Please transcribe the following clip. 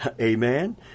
Amen